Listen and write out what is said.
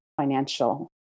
financial